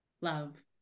love